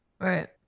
Right